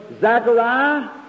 Zachariah